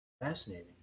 fascinating